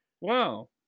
Wow